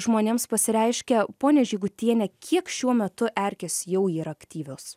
žmonėms pasireiškia ponia žygutiene kiek šiuo metu erkės jau yra aktyvios